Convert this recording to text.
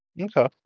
Okay